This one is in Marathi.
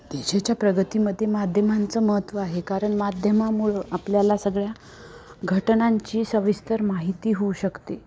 देशाच्या प्रगतीमध्ये माध्यमांचं महत्त्व आहे कारण माध्यमामुळं आपल्याला सगळ्या घटनांची सविस्तर माहिती होऊ शकते